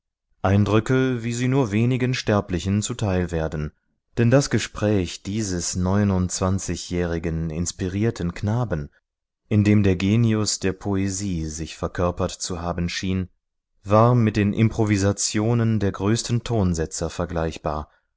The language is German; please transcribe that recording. eindrücke wie sie nur wenigen sterblichen zuteil werden denn das gespräch dieses neunundzwanzigjährigen inspirierten knaben in dem der genius der poesie sich verkörpert zu haben schien war mit den improvisationen der größten tonsetzer vergleichbar